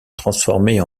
transformer